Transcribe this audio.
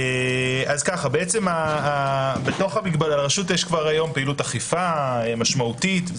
בעצם בתוך הרשות יש כבר היום פעילות אכיפה משמעותית.